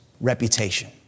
reputation